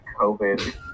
COVID